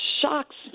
shocks